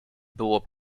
było